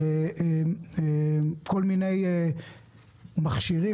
על כל מיני מכשירים